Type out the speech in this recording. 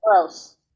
Gross